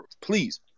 Please